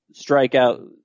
strikeout